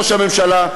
ראש הממשלה,